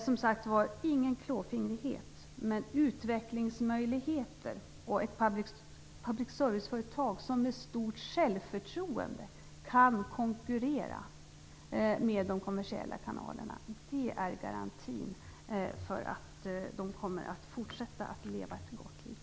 Som sagt: Vi skall inte ägna oss åt någon klåfingrighet. Men att public service-företaget har utvecklingsmöjligheter och med stort självförtroende kan konkurrera med de kommersiella kanalerna är garantin för att det kommer att fortsätta att leva ett gott liv.